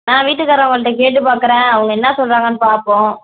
ஆ வீட்டுக்காரவங்கள்கிட்ட கேட்டு பார்க்கறேன் அவங்க என்ன சொல்கிறாங்கன்னு பார்ப்போம்